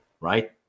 right